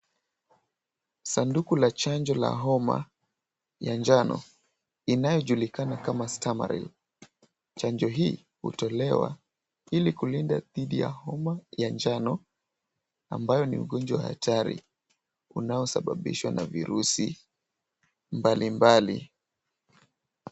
Sanduku la chanjo la homa ya njano inayojulikana kama Stamaril . Chanjo hii hutolewa ili kulinda dhidi ya homa ya njano ambayo ni ugonjwa hatari, unaosababishwa na virusi mbalimbali.